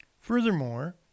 Furthermore